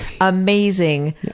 amazing